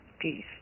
peace